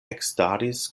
ekstaris